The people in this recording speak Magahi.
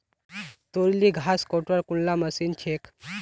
तोर ली घास कटवार कुनला मशीन छेक